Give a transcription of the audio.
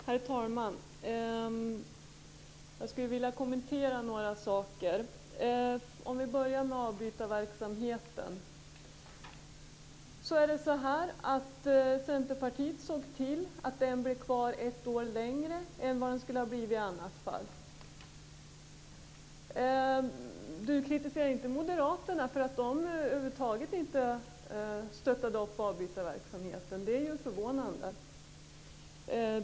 Herr talman! Jag skulle vilja kommentera några saker. Jag börjar med avbytarverksamheten. Centerpartiet såg till att den fanns kvar ett år längre än vad den skulle ha gjort i annat fall. Dan Ericsson kritiserar inte moderaterna för att de över huvud taget inte stöttade avbytarverksamheten. Det är förvånande.